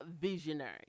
visionary